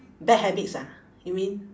bad habits ah you mean